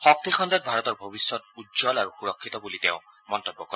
শক্তিখণ্ডত ভাৰতৰ ভৱিষ্যত উজ্বল আৰু সুৰক্ষিত বুলি তেওঁ মন্তব্য কৰে